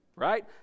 Right